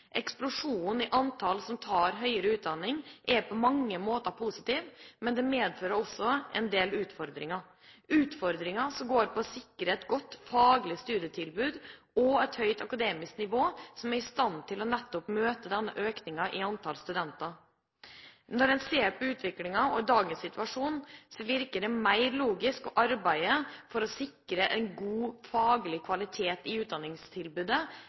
Eksplosjonen i antallet som tar høyere utdanning, er på mange måter positiv, men det medfører også en del utfordringer – utfordringer som går på å sikre et godt faglig studietilbud og et høyt akademisk nivå som nettopp er i stand til å møte denne økningen i antall studenter. Når man ser på utviklingen i dagens situasjon, virker det mer logisk å arbeide for å sikre en god faglig kvalitet i utdanningstilbudet